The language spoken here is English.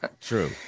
True